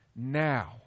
now